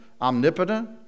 omnipotent